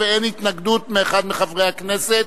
הממשלה, ואין התנגדות מאחד מחברי הכנסת,